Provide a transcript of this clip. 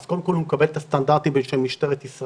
הוא קודם כל מקבל את הסטנדרטים של משטרת ישראל.